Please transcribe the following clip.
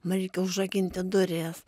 man reikia užrakinti duris